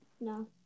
No